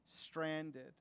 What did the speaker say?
stranded